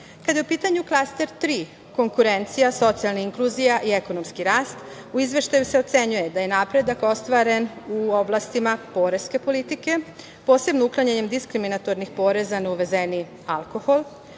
EU.Kada je u pitanju klaster tri – konkurencija, socijalna inkluzija i ekonomski rast, u Izveštaju se ocenjuje da je napredak ostvaren u oblastima poreske politike, posebno uklanjanjem diskriminatornih poreza na uvezeni alkohol,